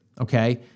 Okay